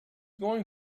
going